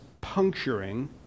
puncturing